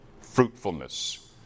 Fruitfulness